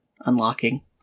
unlocking